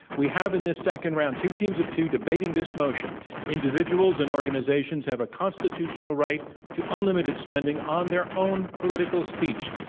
we have, in this second round two teams of two debating this motion individuals and organizations have a constitutional right to unlimited spending on their own political speech.